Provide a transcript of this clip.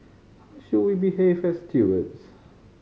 how should behave stewards